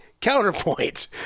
counterpoint